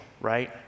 right